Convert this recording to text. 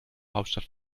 hauptstadt